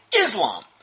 Islam